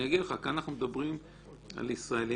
אני אגיד לך: כאן אנחנו מדברים על ישראלים